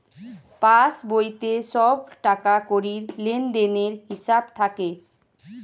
পাসবইতে সব টাকাকড়ির লেনদেনের হিসাব থাকে